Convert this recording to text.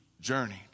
journeyed